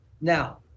now